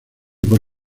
por